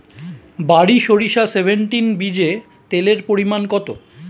বারি সরিষা সেভেনটিন বীজে তেলের পরিমাণ কত?